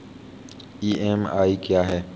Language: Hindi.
ई.एम.आई क्या है?